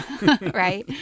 right